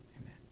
amen